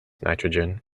nitrogen